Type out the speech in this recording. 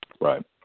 Right